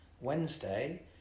Wednesday